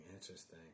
interesting